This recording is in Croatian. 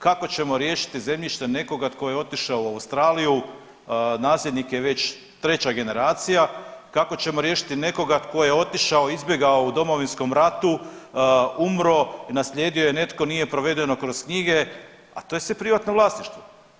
Kako ćemo riješiti zemljište nekoga tko je otišao u Australiju, nasljednik je već treća generacija, kako ćemo riješiti nekoga tko je otišao izbjegao u Domovinskom ratu, umro, naslijedio je netko nije provedeno kroz knjige, a to je sve privatno vlasništvo?